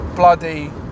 bloody